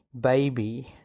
baby